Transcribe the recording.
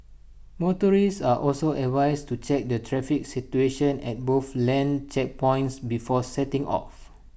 motorists are also advised to check the traffic situation at both land checkpoints before setting off